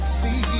see